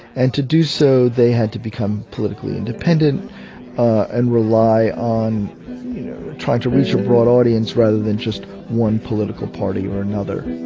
and to do so they had to become politically independent and rely on trying to reach a broad audience rather than just one political party or another.